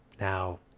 now